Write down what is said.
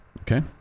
Okay